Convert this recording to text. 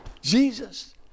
Jesus